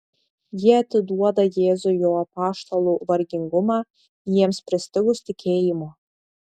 ji atiduoda jėzui jo apaštalų vargingumą jiems pristigus tikėjimo